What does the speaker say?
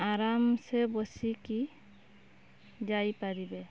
ଆରାମସେ ବସିକି ଯାଇପାରିବେ